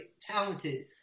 talented